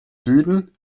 süden